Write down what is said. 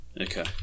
Okay